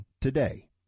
today